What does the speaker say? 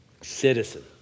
citizen